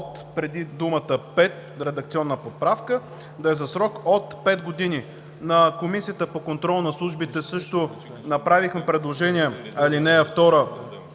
преди думата „5“ редакционна поправка, да е „за срок от 5 години“. На Комисията по контрол над службите също направихме предложение ал. 2 да